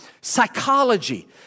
psychology